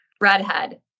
redhead